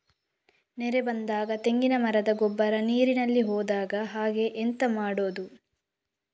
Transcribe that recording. ನೆರೆ ಬಂದಾಗ ತೆಂಗಿನ ಮರದ ಗೊಬ್ಬರ ನೀರಿನಲ್ಲಿ ಹೋಗದ ಹಾಗೆ ಎಂತ ಮಾಡೋದು?